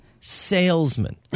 salesman